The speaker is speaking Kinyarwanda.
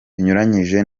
binyuranyije